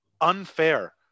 unfair